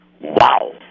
Wow